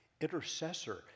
intercessor